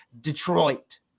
Detroit